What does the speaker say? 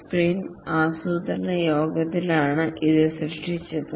sprint ആസൂത്രണ യോഗത്തിലാണ് ഇത് സൃഷ്ടിച്ചത്